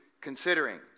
considering